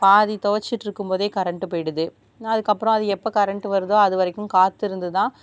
பாதி துவச்சிட்ருக்கும்போதே கரண்ட்டு போய்டுது அதுக்கப்றம் அது எப்போ கரண்ட்டு வருதோ அது வரைக்கும் காத்திருந்து தான்